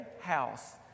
house